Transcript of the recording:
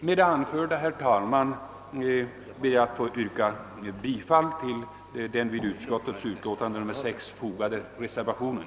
Med det anförda ber jag, herr talman, att få yrka bifall till den vid utskottets utlåtande nr 6 fogade reservationen.